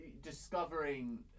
discovering